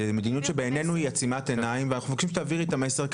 מדיניות שבעינינו היא עצימת עיניים ואנחנו מבקשים שתעבירי את המסר.